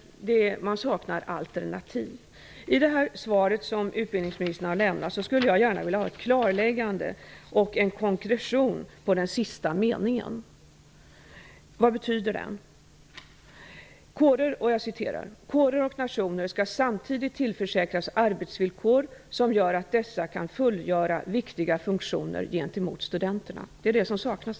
Det saknas alternativ. Jag skulle gärna vilja ha ett klarläggande och en konkretion av den sista meningen i utbildningsministerns svar. Vad betyder den? Det står: ''Kårer och nationer skall samtidigt tillförsäkras arbetsvillkor som gör att dessa kan fullgöra viktiga funktioner gentemot studenterna.'' Det är nämligen det som saknas.